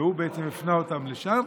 והוא בעצם הפנה אותם לשם.